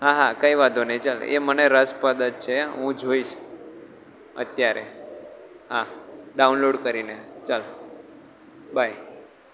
હા હા કંઇ વાંધો નહીં ચાલ એ મને રસપ્રદ જ છે હું જોઈશ અત્યારે હા ડાઉનલોડ કરીને ચાલ બાય